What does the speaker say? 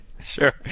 sure